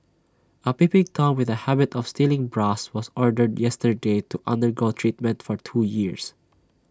A peeping Tom with A habit of stealing bras was ordered yesterday to undergo treatment for two years